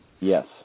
Yes